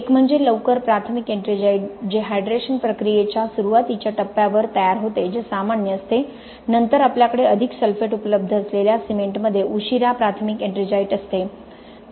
एक म्हणजे लवकर प्राथमिक एट्रिंजाइट जे हायड्रेशन प्रक्रियेच्या सुरुवातीच्या टप्प्यावर तयार होते जे सामान्य असते नंतर आपल्याकडे अधिक सल्फेट उपलब्ध असलेल्या सिमेंटमध्ये उशीरा प्राथमिक एट्रिंजाइट असते